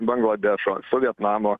bangladešo su vietnamo